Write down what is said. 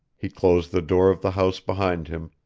he closed the door of the house behind him,